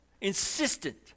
insistent